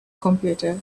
computer